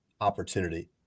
opportunity